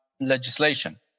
legislation